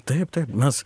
taip taip mes